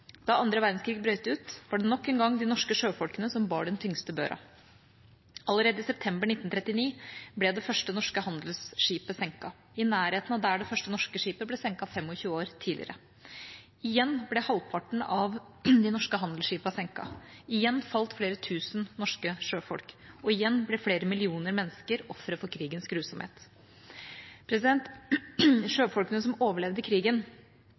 Da andre verdenskrig brøt ut, var det nok en gang de norske sjøfolkene som bar den tyngste børa. Allerede i september 1939 ble det første norske handelsskipet senket, i nærheten av der hvor det første norske skipet ble senket 25 år tidligere. Igjen ble halvparten av de norske handelsskipene senket, igjen falt flere tusen norske sjøfolk, og igjen ble flere millioner mennesker ofre for krigens grusomhet. Sjøfolkene som overlevde krigen,